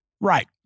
Right